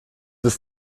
des